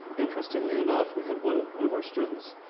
interestingly enough, we had one one of our students,